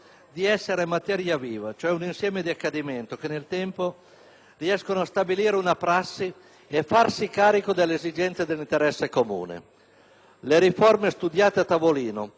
di essere materia viva, cioè un insieme di accadimenti che nel tempo riescono a stabilire una prassi e a farsi carico delle esigenze e dell'interesse comune. Le riforme studiate a tavolino,